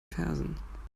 fersen